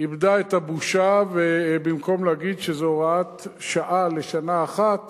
איבדה את הבושה ובמקום להגיד שזו הוראת שעה לשנה אחת